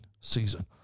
season